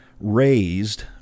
raised